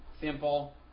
Simple